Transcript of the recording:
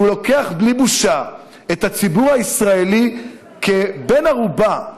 כשהוא לוקח בלי בושה את הציבור הישראלי כבן ערובה,